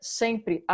sempre